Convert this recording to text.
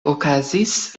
okazis